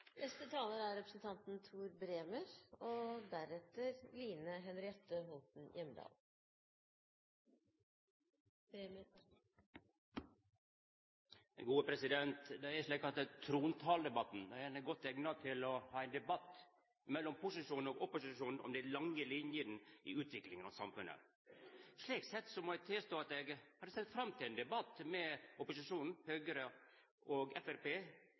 Det er slik at trontalen er godt eigna til å ha ein debatt mellom posisjonen og opposisjonen om dei lange linjene i utviklinga i samfunnet. Slik sett må eg tilstå at eg har sett fram til ein debatt med opposisjonen – Høgre og